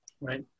Right